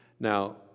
Now